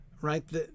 Right